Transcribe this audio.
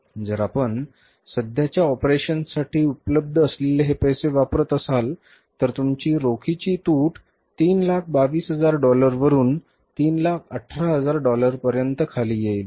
जर आपण सध्याच्या ऑपरेशन्ससाठी उपलब्ध असलेले हे पैसे वापरत असाल तर तुमची रोखीची तूट 322000 डॉलरवरून 318000 डॉलर्सपर्यंत खाली येईल